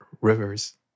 rivers